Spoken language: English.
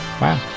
wow